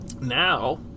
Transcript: Now